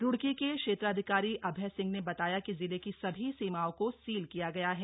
रुड़की के क्षेत्राधिकारी अभय सिंह ने बताया कि जिले की सभी सीमाओं को सील किया गया है